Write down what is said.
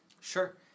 Sure